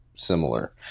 similar